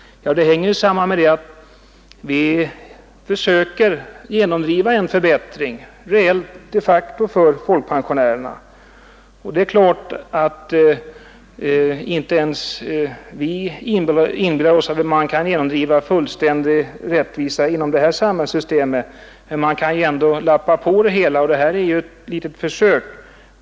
Ja, det sammanhänger med att vi försöker genomdriva en reell förbättring för folkpensionärerna. Inte ens vi inbillar oss att vi kan åstadkomma en fullständig rättvisa i det samhällssystem vi nu har, men vi kan ju ändå lappa litet här och där, och detta är ett litet försök.